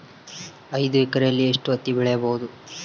ಐದು ಎಕರೆಯಲ್ಲಿ ಎಷ್ಟು ಹತ್ತಿ ಬೆಳೆಯಬಹುದು?